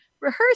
rehearse